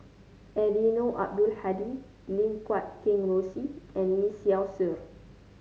Eddino Abdul Hadi Lim Guat Kheng Rosie and Lee Seow Ser